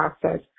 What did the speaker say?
process